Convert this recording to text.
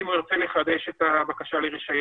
אם הוא ירצה לחדש את הבקשה לרישיון,